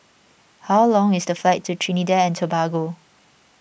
how long is the flight to Trinidad and Tobago